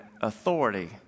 authority